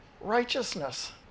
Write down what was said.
righteousness